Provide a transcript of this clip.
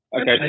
Okay